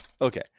okay